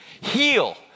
heal